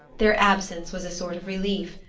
their absence was a sort of relief,